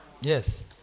Yes